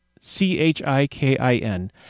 C-H-I-K-I-N